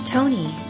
Tony